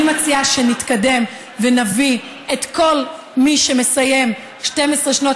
אני מציעה שנתקדם ונביא את כל מי שמסיים 12 שנות